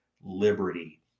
liberty